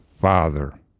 father